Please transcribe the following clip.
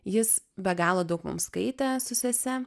jis be galo daug mums skaitė su sese